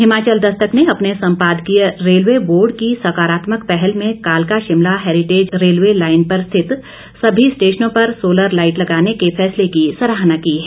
हिमाचल दस्तक ने अपने सम्पादकीय रेलवे बोर्ड की सकारात्मक पहल में कालका शिमला हेरिटेज रेलवे लाईन पर स्थित सभी स्टेशनों पर सोलर लाईट लगाने के फैसले की सराहना की है